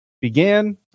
began